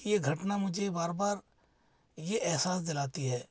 की ये घटना मुझे बार बार ये अहसास दिलाती है